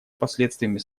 последствиями